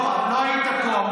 לא, לא היית פה.